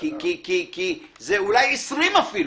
כי זה 20% אפילו.